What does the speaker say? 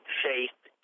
faith